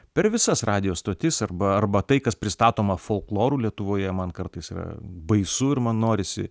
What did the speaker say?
per visas radijo stotis arba arba tai kas pristatoma folkloru lietuvoje man kartais yra baisu ir man norisi